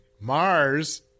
Mars